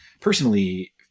personally